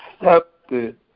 accepted